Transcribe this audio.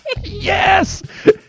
Yes